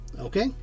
okay